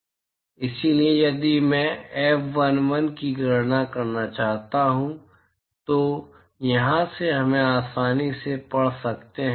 इसलिए यदि मैं F11 की गणना करना चाहता हूं तो यहां से हम आसानी से पढ़ सकते हैं